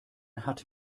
hat